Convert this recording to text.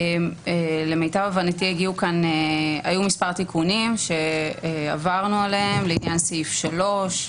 למיטב ידיעתי היו מספר תיקונים שעברנו עליהם לעניין סעיף 3,